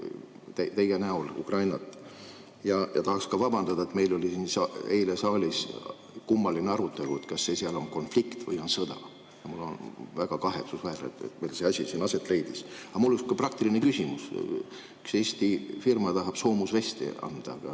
teie näol Ukrainat, ja tahaksin vabandada, et meil oli siin eile saalis kummaline arutelu, kas see seal on konflikt või sõda. Väga kahetsusväärne, et meil see asi siin aset leidis. Aga mul on üks praktiline küsimus: üks Eesti firma tahab soomusveste anda,